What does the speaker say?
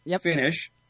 finish